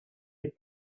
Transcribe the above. had